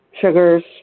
sugars